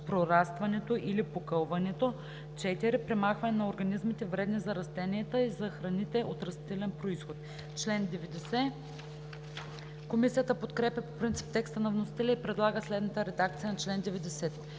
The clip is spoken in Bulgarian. прорастването или покълването; 4. премахване на организмите, вредни за растенията и за храните от растителен произход“. Комисията подкрепя по принцип текста на вносителя и предлага следната редакция на чл. 90: